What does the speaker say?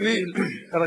עבר